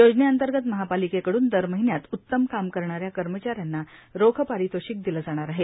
योजनेअंतर्गत महापालिकेकड्न दर महिन्यात उत्तम काम करणाऱ्या कर्मचाऱ्यांना रोख पारितोषिक दिले जाणार आहे